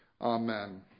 Amen